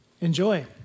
enjoy